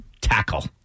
tackle